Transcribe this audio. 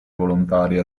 volontari